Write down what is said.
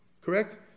correct